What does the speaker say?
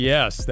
Yes